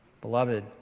Beloved